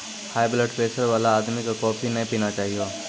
high blood pressure वाला आदमी कॅ कॉफी नय पीना चाहियो